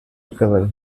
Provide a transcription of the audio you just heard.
recover